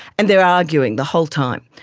and they are arguing the whole time,